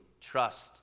trust